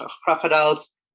crocodiles